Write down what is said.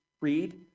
read